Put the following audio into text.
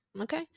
okay